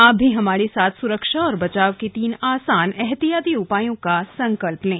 आप भी हमारे साथ सुरक्षा और बचाव के तीन आसान एहतियाती उपायों का संकल्प लें